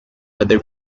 other